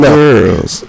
girls